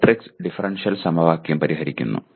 matrix differential സമവാക്യം പരിഹരിക്കുന്നു